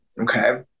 Okay